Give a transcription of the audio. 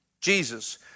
Jesus